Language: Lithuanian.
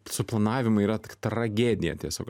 suplanavimai yra tragedija tiesiog